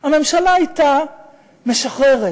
הממשלה הייתה משחררת